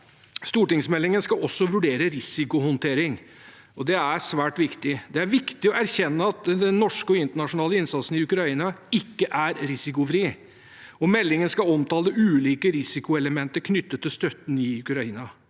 Stortingsmeldingen skal også vurdere risikohåndtering, og det er svært viktig. Det er viktig å erkjenne at den norske og internasjonale innsatsen i Ukraina ikke er risikofri. Meldingen skal omtale ulike risikoelementer knyttet til støtten i Ukraina.